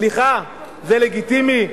סליחה, זה לגיטימי?